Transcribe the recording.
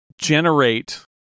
generate